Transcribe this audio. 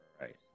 right